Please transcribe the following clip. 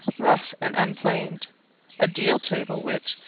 rough and unplaned a deal table, which,